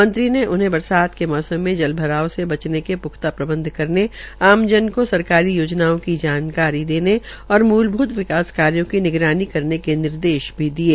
मंत्री ने उन्हें बरसात क मौसम में जलभराव से बचने का पृख्ता प्रबंध करने आमजन को सरकारी योजनाओं की जानकारी देने और मुलभुत विकास कार्यो की निगरानी करने के निर्देश भी दिये